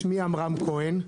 שמי עמרם כהן,